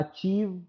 achieve